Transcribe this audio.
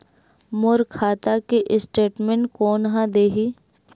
मोर खाता के स्टेटमेंट कोन ह देही?